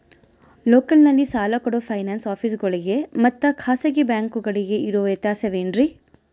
ಲೋಕಲ್ನಲ್ಲಿ ಸಾಲ ಕೊಡೋ ಫೈನಾನ್ಸ್ ಆಫೇಸುಗಳಿಗೆ ಮತ್ತಾ ಖಾಸಗಿ ಬ್ಯಾಂಕುಗಳಿಗೆ ಇರೋ ವ್ಯತ್ಯಾಸವೇನ್ರಿ?